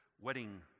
wedding